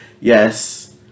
Yes